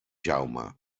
jaume